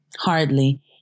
Hardly